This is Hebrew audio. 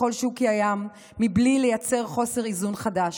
ככל שהוא קיים, מבלי לייצר חוסר איזון חדש.